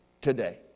today